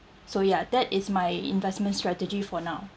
so ya that is my investment strategy for now